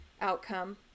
outcome